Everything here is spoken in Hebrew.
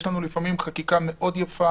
יש לנו לפעמים חקיקה יפה מאוד,